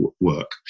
work